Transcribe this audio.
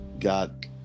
got